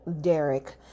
Derek